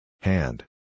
Hand